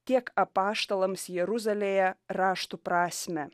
kiek apaštalams jeruzalėje raštų prasmę